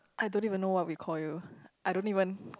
I don't even know what we call you I don't even